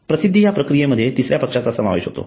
प्रसिद्धी या प्रक्रियेमध्ये तिसऱ्या पक्षाचा समावेश होतो